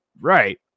Right